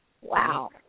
Wow